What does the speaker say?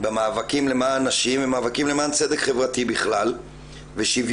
במאבקים למען נשים ומאבקים למען צדק חברתי בכלל ושוויון.